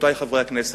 רבותי חברי הכנסת,